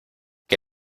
qué